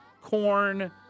corn